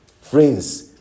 Friends